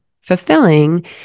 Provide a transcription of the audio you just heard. fulfilling